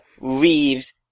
leaves